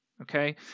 okay